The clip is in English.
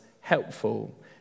helpful